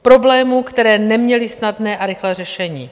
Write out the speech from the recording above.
Problémů, které neměly snadné a rychlé řešení.